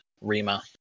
Rima